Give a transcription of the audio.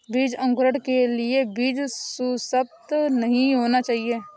बीज अंकुरण के लिए बीज सुसप्त नहीं होना चाहिए